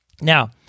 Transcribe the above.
now